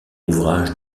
ouvrage